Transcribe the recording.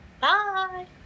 Bye